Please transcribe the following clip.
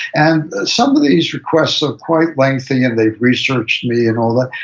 and some of these requests are quite lengthy and they've researched me and all that,